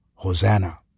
Hosanna